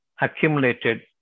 accumulated